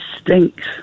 stinks